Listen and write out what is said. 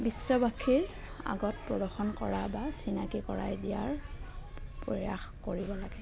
বিশ্ববাসীৰ আগত প্ৰদৰ্শন কৰা বা চিনাকি কৰাই দিয়াৰ প্ৰয়াস কৰিব লাগে